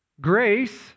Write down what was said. Grace